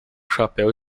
chapéu